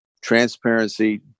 transparency